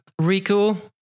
Riku